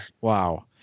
wow